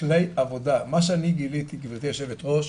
כלי עבודה, מה שאני גיליתי, גברתי היושבת ראש,